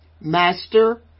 Master